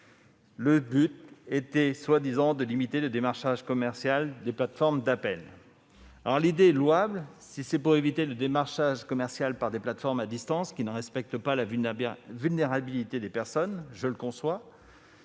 le but étant prétendument de limiter le démarchage commercial des plateformes d'appel. L'idée est louable, si c'est pour éviter le démarchage commercial par des plateformes à distance qui ne respectent pas la vulnérabilité des personnes, mais